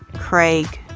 craig.